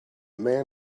man